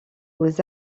aux